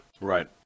Right